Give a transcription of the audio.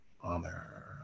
Honor